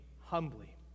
humbly